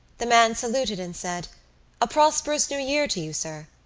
the man saluted and said a prosperous new year to you, sir.